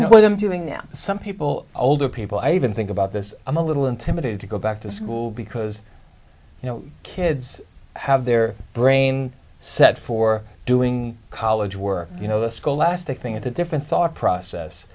to know what i'm doing now some people older people i even think about this i'm a little intimidated to go back to school because you know kids have their brain set for doing college work you know the school last thing it's a different thought process